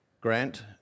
Grant